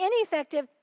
ineffective